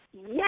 Yes